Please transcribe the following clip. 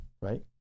right